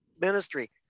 ministry